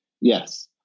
Yes